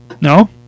No